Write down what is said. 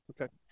Okay